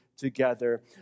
together